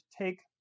take